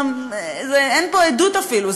אין פה עדות אפילו,